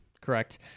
Correct